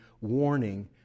warning